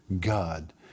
God